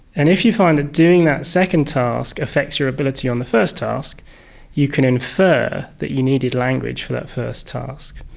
and if you find that doing that second task your ability on the first task you can infer that you needed language for that first task,